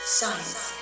science